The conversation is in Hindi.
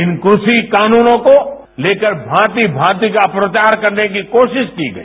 इन कृ षि कानूनों को लेकर भांति भांति के प्रचार करने की कोशिश की गई